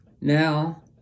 Now